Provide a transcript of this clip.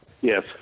Yes